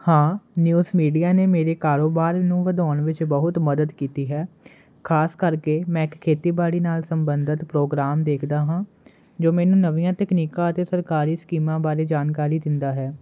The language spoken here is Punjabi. ਹਾਂ ਨਿਊਸ ਮੀਡੀਆ ਨੇ ਮੇਰੇ ਕਾਰੋਬਾਰ ਨੂੰ ਵਧਾਉਣ ਵਿੱਚ ਬਹੁਤ ਮਦਦ ਕੀਤੀ ਹੈ ਖਾਸ ਕਰਕੇ ਮੈਂ ਇੱਕ ਖੇਤੀਬਾੜੀ ਨਾਲ ਸੰਬੰਧਿਤ ਪ੍ਰੋਗਰਾਮ ਦੇਖਦਾ ਹਾਂ ਜੋ ਮੈਨੂੰ ਨਵੀਆਂ ਤਕਨੀਕਾਂ ਅਤੇ ਸਰਕਾਰੀ ਸਕੀਮਾਂ ਬਾਰੇ ਜਾਣਕਾਰੀ ਦਿੰਦਾ ਹੈ